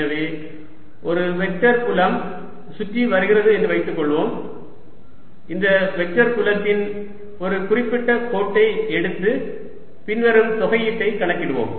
எனவே ஒரு வெக்டர் புலம் சுற்றி வருகிறது என்று வைத்துக்கொள்வோம் இந்த வெக்டர் புலத்தின் ஒரு குறிப்பிட்ட கோட்டை எடுத்து பின்வரும் தொகையீட்டை கணக்கிடுவோம்